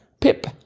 Pip